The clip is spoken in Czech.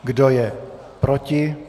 Kdo je proti?